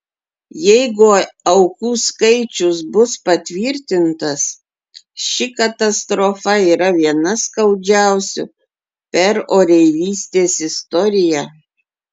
jeigu aukų skaičius bus patvirtintas ši katastrofa yra viena skaudžiausių per oreivystės istoriją